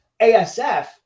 ASF